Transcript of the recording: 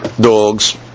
dogs